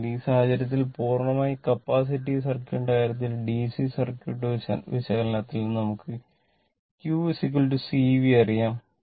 അതിനാൽ ഈ സാഹചര്യത്തിൽ പൂർണ്ണമായും കപ്പാസിറ്റീവ് സർക്യൂട്ടിന്റെ കാര്യത്തിൽ DC സർക്യൂട്ട് വിശകലനത്തിൽ നിന്ന് നമുക്ക് q C V അറിയാം